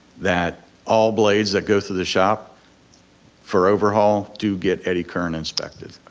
that all blades that go through the shop for overhaul do get eddy current inspected.